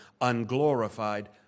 unglorified